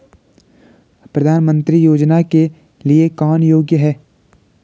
प्रधानमंत्री योजना के लिए कौन योग्य है?